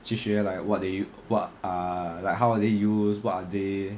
去学 like what they u~ what ah like how are they used what are they